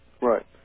Right